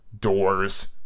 doors